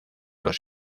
los